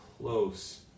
close